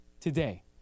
today